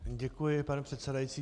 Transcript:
Děkuji, pane předsedající.